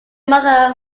mother